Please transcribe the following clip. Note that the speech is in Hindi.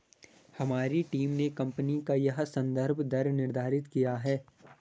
हमारी टीम ने कंपनी का यह संदर्भ दर निर्धारित किया है